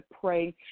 pray